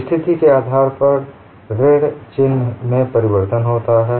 स्थिति के आधार पर ऋण चिह्न में परिवर्तन होता है